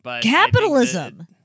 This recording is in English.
Capitalism